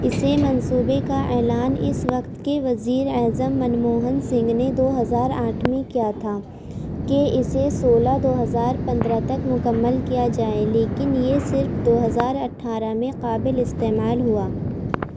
اسی منصوبے کا اعلان اس وقت کی وزیر اعظم من موہن سنگھ نے دو ہزار آٹھ میں کیا تھا کہ اسے سولہ دو ہزار پندرہ تک مکمل کیا جائے لیکن یہ صرف دو ہزار اٹھارہ میں قابل استعمال ہوا